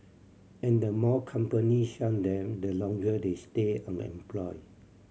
and the more companies shun them the longer they stay unemployed